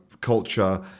culture